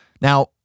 Now